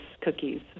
cookies